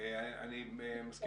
אני מזכיר,